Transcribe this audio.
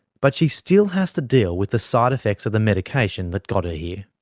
but she still has to deal with the side-effects of the medication that got yeah